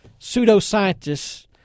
pseudoscientists